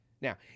Now